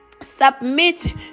submit